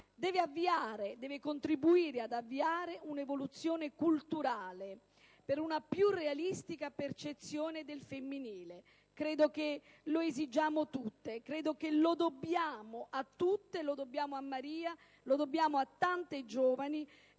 stereotipi. Occorre contribuire ad avviare un'evoluzione culturale per una più realistica percezione del femminile. Credo che questo lo esigiamo tutte: lo dobbiamo a tutte, lo dobbiamo a Maria, lo dobbiamo a tante giovani